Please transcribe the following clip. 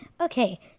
Okay